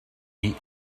lui